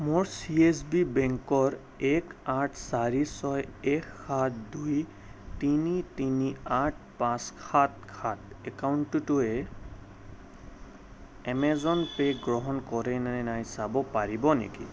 মোৰ C S B বেংকৰ এক আঠ চাৰি ছয় এক সাত দুই তিনি তিনি আঠ পাঁচ সাত সাত একাউণ্টোৱে এমেজন পে' গ্ৰহণ কৰে নে নাই চাব পাৰিব নেকি